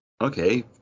okay